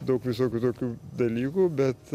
daug visokių tokių dalykų bet